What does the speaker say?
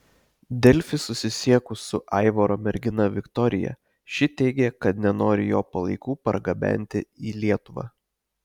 delfi susisiekus su aivaro mergina viktorija ši teigė kad nenori jo palaikų pergabenti į lietuvą